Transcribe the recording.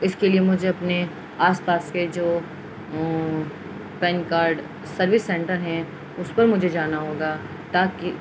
اس کے لیے مجھے اپنے آس پاس کے جو پین کارڈ سروس سینٹر ہیں اس پر مجھے جانا ہوگا تاکہ